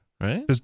Right